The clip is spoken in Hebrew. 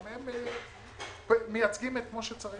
הם מייצגים כמו שצריך.